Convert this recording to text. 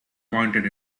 pointed